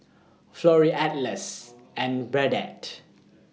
Florrie Atlas and Burdette